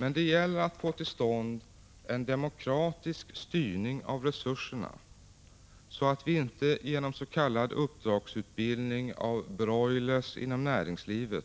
Men det gäller att få till stånd en demokratisk styrning av resurserna, så att vi inte genom s.k. uppdragsutbildning av broilrar inom näringslivet